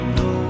no